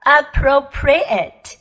appropriate